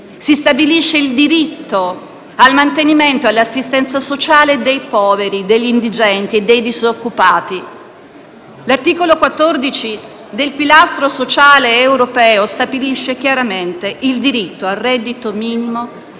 Si stabilisce il diritto al mantenimento e all'assistenza sociale dei poveri, degli indigenti e dei disoccupati. L'articolo 14 del pilastro europeo dei diritti sociali stabilisce chiaramente il diritto al reddito minimo